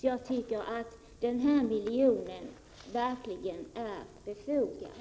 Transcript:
Jag tycker att den miljon vi nu talar om verkligen är befogad.